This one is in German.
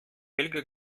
helge